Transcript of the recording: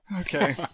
Okay